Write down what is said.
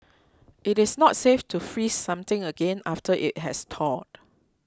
it is not safe to freeze something again after it has thawed